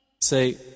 Say